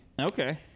Okay